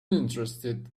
interested